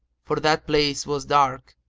for that place was dark,